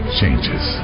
changes